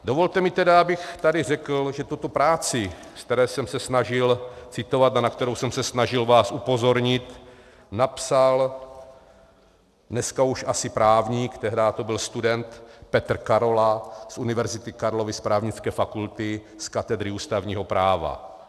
Dovolte mi tedy, abych tady řekl, že tuto práci, ze které jsem se snažil citovat a na kterou jsem se snažil vás upozornit, napsal dneska už asi právník, tehdy to byl student, Petr Karola z Univerzity Karlovy, z Právnické fakulty, z katedry ústavního práva.